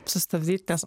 sustabdyt nes